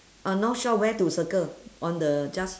uh north shore where to circle on the just